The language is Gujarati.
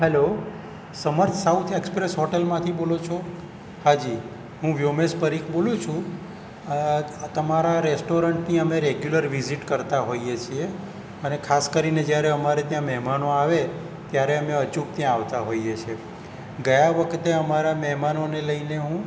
હેલો સમર્થ સાઉથ એક્સપ્રેસ હોટલમાંથી બોલો છો હાજી હું વ્યોમેશ પરિઘ બોલું છું તમારા રેસ્ટોરંટની અમે રેગ્યુલર વિઝિટ કરતાં હોઈએ છીએ અને ખાસ કરીને જ્યારે અમારે ત્યાં મહેમાનો આવે ત્યારે અમે અચૂક ત્યાં આવતા હોઈએ છીએ ગયા વખતે અમારા મહેમાનોને લઈને હું